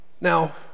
Now